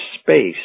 space